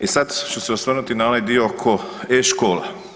I sad ću se osvrnuti na ovaj dio oko e-škola.